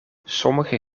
sommige